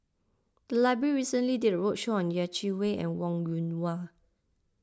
the library recently did a roadshow on Yeh Chi Wei and Wong Yoon Wah